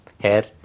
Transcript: head